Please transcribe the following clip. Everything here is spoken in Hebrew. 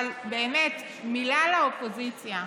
אבל באמת, מילה לאופוזיציה.